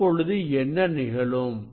இப்பொழுது என்ன நிகழும்